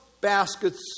baskets